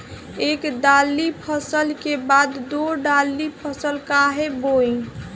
एक दाली फसल के बाद दो डाली फसल काहे बोई?